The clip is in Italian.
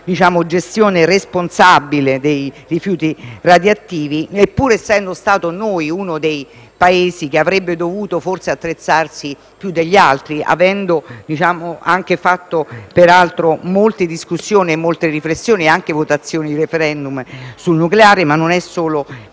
gestione responsabile dei rifiuti radioattivi, pur essendo noi uno dei Paesi che avrebbe dovuto attrezzarsi più degli altri, avendo fatto, peraltro, molte discussioni, riflessioni, nonché votato un *referendum* sul nucleare, ma non stiamo